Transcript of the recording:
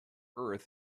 earth